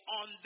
on